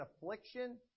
affliction